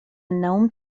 النوم